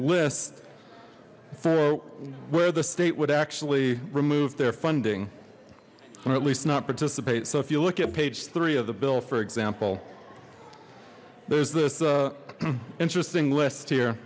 list for where the state would actually remove their funding or at least not participate so if you look at page three of the bill for example there's this interesting list